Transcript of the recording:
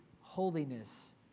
holiness